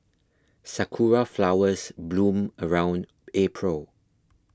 sakura flowers bloom around April